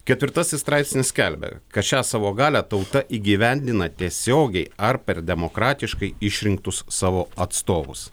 ketvirtasis straipsnis skelbia kad šią savo galią tauta įgyvendina tiesiogiai ar per demokratiškai išrinktus savo atstovus